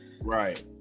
right